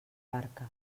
barca